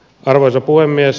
arvoisa puhemies